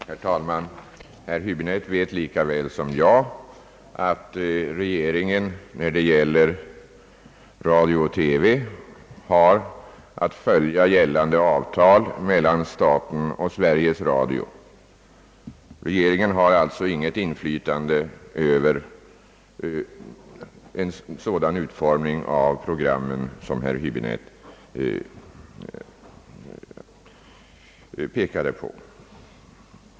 Herr talman! Herr Höäbinette vet lika väl som jag att regeringen i fråga om radio och TV har att följa gällande avtal mellan staten och Sveriges Radio. Regeringen har alltså inget inflytande när det gäller en sådan utformning av programmen som herr Häibinette pekade på.